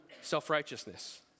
self-righteousness